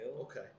Okay